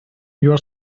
your